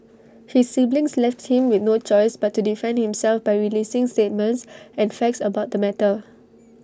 his siblings left him with no choice but to defend himself by releasing statements and facts about the matter